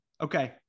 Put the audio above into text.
Okay